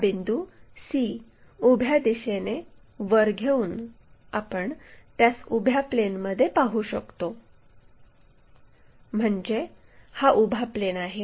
हा बिंदू c उभ्या दिशेने वर घेऊन आपण त्यास उभ्या प्लेनमध्ये पाहू शकतो म्हणजे हा उभा प्लेन आहे